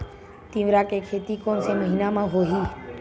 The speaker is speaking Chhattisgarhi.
तीवरा के खेती कोन से महिना म होही?